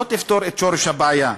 לא יפתרו את שורש הבעיה,